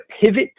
pivot